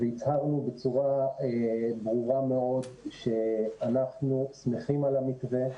והבהרנו בצורה ברורה מאוד שאנחנו שמחים על המתווה,